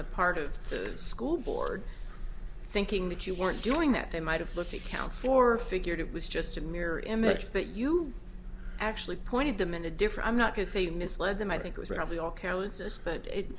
the part of the school board thinking that you weren't doing that they might have looked account for figured it was just a mirror image but you actually pointed them in a different not to say misled them i think was probably all